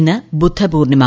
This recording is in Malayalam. ഇന്ന് ബുദ്ധപൂർണിമ